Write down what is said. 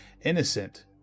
innocent